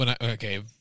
Okay